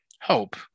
Hope